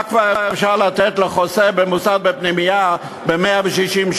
מה כבר אפשר לתת לחוסה במוסד פנימייתי ב-160שקל?